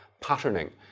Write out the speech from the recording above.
patterning